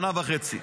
שנה וחצי.